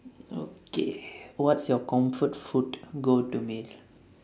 okay what's your comfort food go to meal